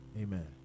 Amen